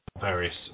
various